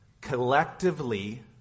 collectively